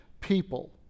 people